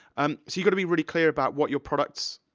um so you got to be really clear about what your products